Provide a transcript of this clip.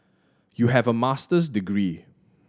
you have a Master's degree